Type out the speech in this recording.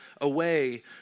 away